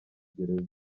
gereza